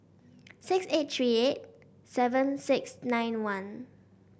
six eight three eight seven six nine one